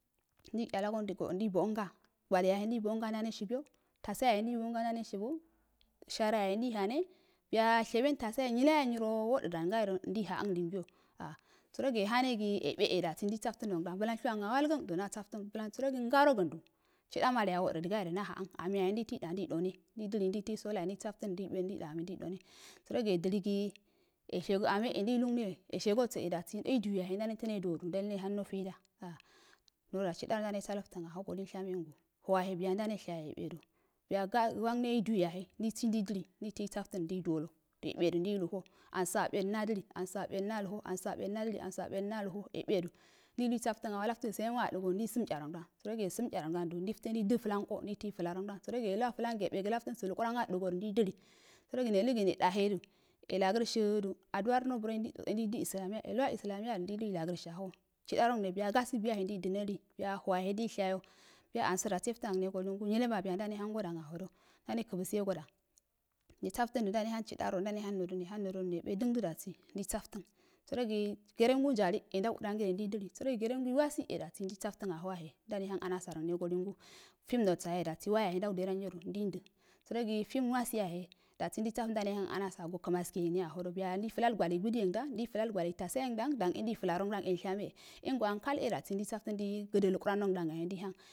Ndei tchalgo ndigoo ndei boənga gale yahe ndei bənga ndame shubiyo tasaye yahe ndei boənga ndame shubu shara yahe ndeihane biyu shibun tasay nyile nyiro wobogo wo dədang ayodo nduhanən lumgulyo a dərogi yahanegi yebe e dasi ndeisaftən nongdan blang shuwngən awaləgəndo nasaftəri blong sərogi ngarogənde chidumale yahe wodərəigayode naha'an ama yahe ndu to ndei a'a deidone ndei dili deilo saftan ndei sala yahe ndai doi ndei done sərogi yediligi yeshego ame e ndeillungne ‘o yeshegoso e dase teidumi yahe ndene to neduwo ndane hando feida a nododa chidara ndane saloftən ahogo linshamengu. həwahe ndane shanyo yabedu biya ga wangri eiblunu yahe ndeisi ndaidili ndau to saftən ndeidu walo yeɓe du ndaluho anso aɓe nadili anso aɗedu nalu ho anso aɓedu nadili anso aɓedu naluho e bedu ndeilulisaftən aho laftəsə senwa adəgodu nausurri tchare ngndan sərogi yesum tcharongandu ndeifte dəflanko ndeito flaron gdan sərogi yelua flan gi yeɓegi laftoəansə hukusun aɗəgodo ndei dili sərogi nelugi nedahe du yelogərshidu aduwar nobro e ndə islamya yelu urlamyaru ndei lu lagərshi aho chidaro ngne biyu gasugu yahe ndeichili isiya ho wahe ndeishayo biya ansoda seftə angnego lingu nylema biya ndane hangodan a hodo ndone kəfəsihe godan nesaftədu ndane hang chida ndane hang nedo ndane hang nodo nebedəng do dasi ndeisaftən sərogi gerengu njali e ndadu dədan gere ndili sərogi gerenguiwasi e dasi ndilsəftən ahowahe ndane hang amasar oranego limgu filangnoso yahe dasi waya yahe ndau dedan yodo ndeundə sərogi filmm iwasiyahe dasi ndei saftərn ndame hamg anasogo kəmskiyahodo biya ndei kal gwalai gədəye ngdang endeifa guwalei tabayeangdang dan e ndei flarong dang e shamyoe yengo ankal e dabi saftən ndei gədə lukuran rondan. ndei hang